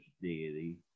deity